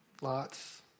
Lots